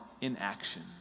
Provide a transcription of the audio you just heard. inaction